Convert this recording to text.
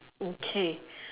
okay